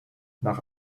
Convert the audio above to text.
nach